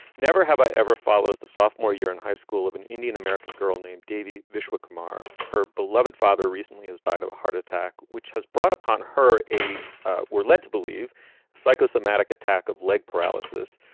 never have i ever follows the sophomore year in high school of an indian american girl named davy vishwakarma. her beloved father recently has died of a heart attack which has brought upon her a were led to believe psychosomatic attack of leg paralysis.